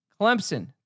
Clemson